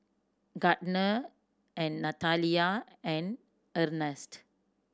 Gardner and Natalia and Ernst